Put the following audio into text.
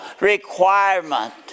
requirement